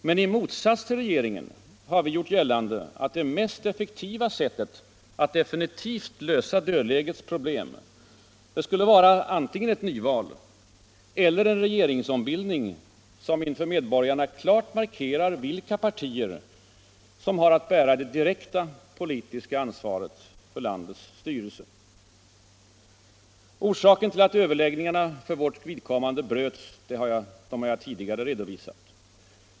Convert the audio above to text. Men i motsats till regeringen har vi gjort gällande att det mest effektiva sättet att definitivt lösa dödlägets problem skulle vara antingen ett nyval eller en regeringsombildning, som inför medborgarna klart markerar vilka partier som har att bära det direkta politiska ansvaret för landets styrelse. Orsaken till att överläggningarna för vårt vidkommande bröts har jag tidigare redovisat.